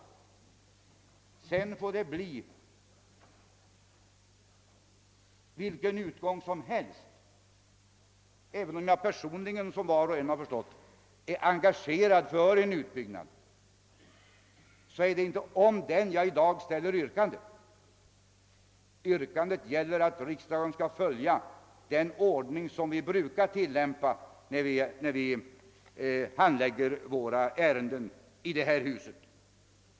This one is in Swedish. Sedan får det bli vilken utgång som helst. även om jag personligen, som var och en har förstått, är engagerad för en utbyggnad, så är det inte därför jag ställer mitt yrkande. Vad det gäller är att riksdagen skall följa den ordning som vi brukar tillämpa när vi handlägger ärendena i detta hus.